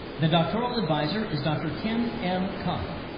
the doctoral advisor is dr. kim m. cobb.